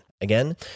Again